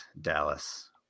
Dallas